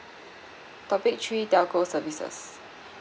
topic three telco services